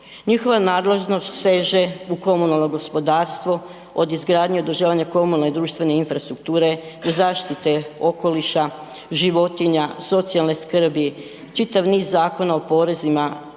Njihova nadležnost seže u komunalno gospodarstvo od izgradnje od održavanja komunalne i društvene infrastrukture i zaštite okoliša, životinja, socijalne skrbi čitav niz zakona o porezima,